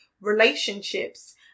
relationships